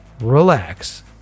relax